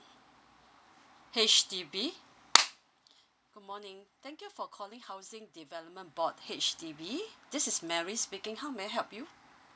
H_D_B good morning thank you for calling housing development board H_D_B this is mary speaking how may I help you